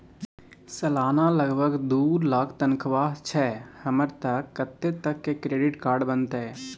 सलाना लगभग दू लाख तनख्वाह छै हमर त कत्ते तक के क्रेडिट कार्ड बनतै?